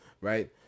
right